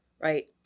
right